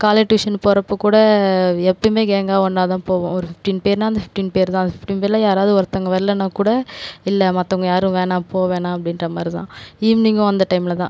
காலையில் டியூஷன் போகிறப்ப கூட எப்பவுமே கேங்காக ஒண்ணாகதான் போவோம் ஒரு ஃபிஃப்டீன் பேர்னா அந்த ஃபிஃப்டீன் பேர் தான் அந்த ஃபிஃப்டீன் பேரில் யாராவது ஒருத்தவங்க வரலன்னா கூட இல்லை மத்தவங்க யாரும் வேணாம் போகவேணாம் அப்படின்ற மாதிரிதான் ஈவ்னிங்கும் அந்த டைமில் தான்